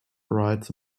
rides